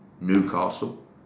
Newcastle